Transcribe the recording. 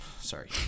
Sorry